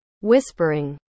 Whispering